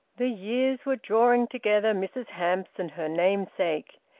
the years were drawing together mrs hamps and her namesake.